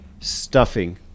stuffing